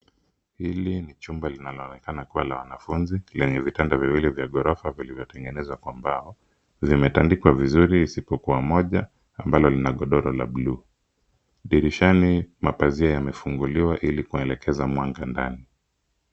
Hili ni chumba linaloonekana kuwa la wanafunzi lenye vitanda viwili vya ghorofa vilivyotengenezwa kwa mbao, zimetandikwa vizuri isipokuwa moja ambalo lina godoro la bluu. Dirishani mapazia yamefunguliwa ili kuelekeza mwanga ndani.